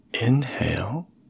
Inhale